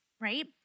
right